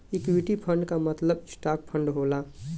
equity fund मतलब stock fund होला